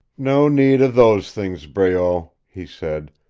no need of those things, breault, he said.